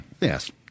yes